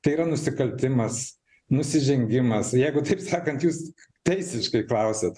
tai yra nusikaltimas nusižengimas jeigu taip sakant jūs teisiškai klausiat